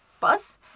bus